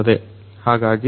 ಹಾಗಾಗಿ ಇವೆಲ್ಲವೂ ನಮಗೆ ಬೇಕು